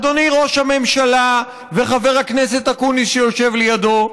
אדוני ראש הממשלה וחבר הכנסת אקוניס שיושב לידו,